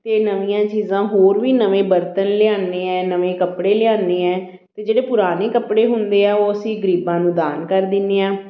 ਅਤੇ ਨਵੀਆਂ ਚੀਜ਼ਾਂ ਹੋਰ ਵੀ ਨਵੇਂ ਬਰਤਨ ਲਿਆਉਂਦੇ ਹਾਂ ਨਵੇਂ ਕੱਪੜੇ ਲਿਆਉਂਦੇ ਹੈ ਅਤੇ ਜਿਹੜੇ ਪੁਰਾਣੇ ਕੱਪੜੇ ਹੁੰਦੇ ਆ ਉਹ ਅਸੀਂ ਗਰੀਬਾਂ ਨੂੰ ਦਾਨ ਕਰ ਦਿੰਦੇ ਹਾਂ